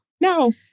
no